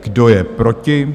Kdo je proti?